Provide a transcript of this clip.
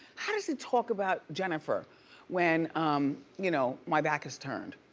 how does he talk about jennifer when um you know my back is turned,